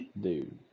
dude